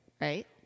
Right